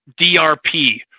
DRP